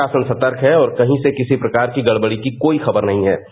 प्रशासन सतर्क है और कहीं से किसी प्रकार की गड़बड़ी की खबर नहीं है